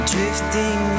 Drifting